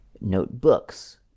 notebooks